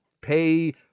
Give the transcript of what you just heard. pay